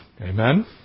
Amen